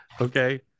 Okay